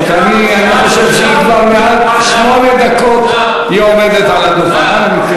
אני חושב שמעל שמונה דקות היא עומדת על הדוכן.